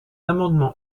amendement